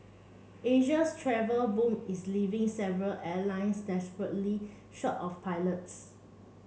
Asia's travel boom is leaving several airlines desperately short of pilots